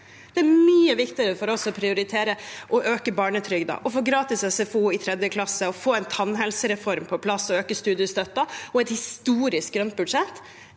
Det er mye viktigere for oss å prioritere å øke barnetrygden, å få gratis SFO i 3. klasse, å få en tannhelsereform på plass, å øke studiestøtten og å få et historisk grønt budsjett